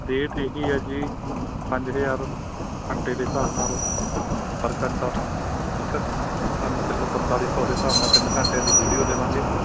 rate ਇਹੀ ਹੈ ਜੀ ਪੰਜ ਹਜ਼ਾਰ ਘੰਟੇ ਦੇ ਹਿਸਾਬ ਨਾਲ ਪਰ ਘੰਟਾ ਠੀਕ ਆ ਤੁਹਾਨੂੰ ਚਲੋ ਪੰਤਾਲੀ ਸੌ ਦੇ ਹਿਸਾਬ ਨਾਲ ਤਿੰਨ ਘੰਟਿਆਂ ਦੀ ਵੀਡੀਓ ਦੇਵਾਂਗੇ